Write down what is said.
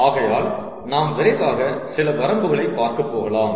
ஆகையால் நாம் விரைவாக சில வரம்புகளை பார்க்க போகலாம்